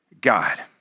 God